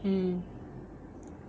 mm